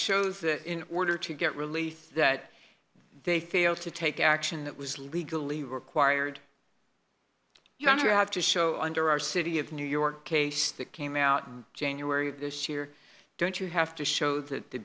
shows that in order to get relief that they failed to take action that was legally required you don't have to show under our city of new york case that came out in january of this year don't you have to show that the